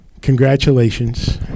Congratulations